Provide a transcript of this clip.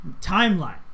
Timeline